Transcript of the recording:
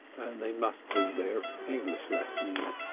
and they must do their english lessons.